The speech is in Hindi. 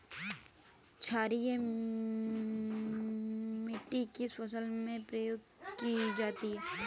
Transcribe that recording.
क्षारीय मिट्टी किस फसल में प्रयोग की जाती है?